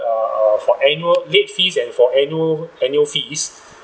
err for annual late fees and for annual annual fees